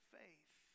faith